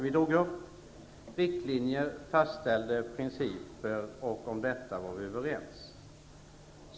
Vi drog upp riktlinjer och fastställde principer, och om detta var vi överens.